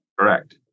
Correct